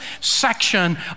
section